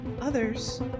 others